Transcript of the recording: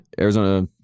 Arizona